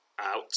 out